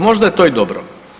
Možda je to i dobro.